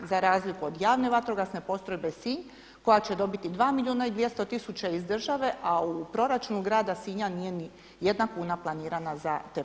Za razliku od Javne vatrogasne postrojbe Sinj koja će dobiti 2 milijuna i 200 tisuća iz države, a u proračunu grada Sinja nije ni jedna kuna planirana za te potrebe.